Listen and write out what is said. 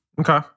Okay